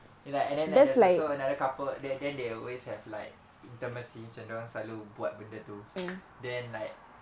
and like and then like there's also another couple there then they always have like intimacy macam dia orang selalu buat benda tu then like